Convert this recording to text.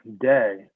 day